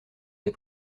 des